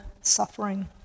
suffering